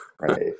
right